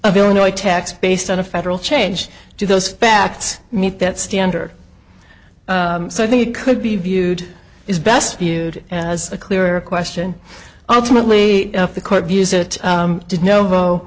of illinois tax based on a federal change to those facts meet that standard so i think it could be viewed is best viewed as a clearer question ultimately if the court views it did no